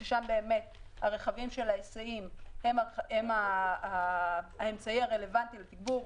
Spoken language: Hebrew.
ששם באמת הרכבים של ההיסעים הם האמצעי הרלוונטי לתגבור,